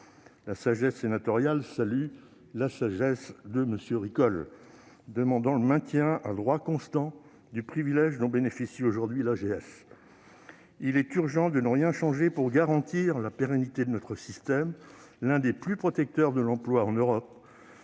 La « sagesse » sénatoriale salue celle de M. Ricol, qui demande le maintien à droit constant du privilège dont bénéficie aujourd'hui l'AGS. Il est urgent de ne rien changer pour garantir la pérennité de notre système, l'un des plus protecteurs de l'emploi en Europe.